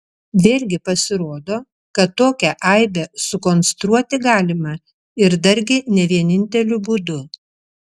vėlgi pasirodo kad tokią aibę sukonstruoti galima ir dargi ne vieninteliu būdu